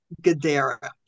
Gadara